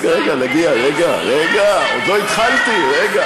רגע, רגע, נגיע, רגע, רגע, עוד לא התחלתי, רגע.